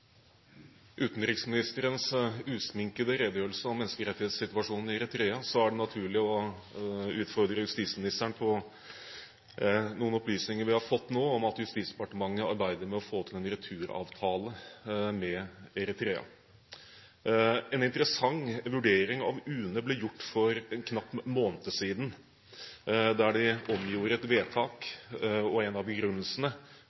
utenriksministerens usminkede redegjørelse om menneskerettighetssituasjonen i Eritrea er det naturlig å utfordre justisministeren når det gjelder noen opplysninger vi nå har fått, om at Justisdepartementet arbeider med å få til en returavtale med Eritrea. En interessant vurdering av UNE ble gjort for en knapp måned siden, der de omgjorde et